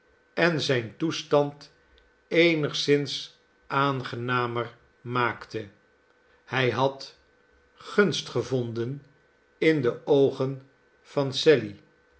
en zijn toestand eenigszins aangenamer maakte hy had gunst gevonden in de oogen van sally